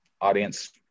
audience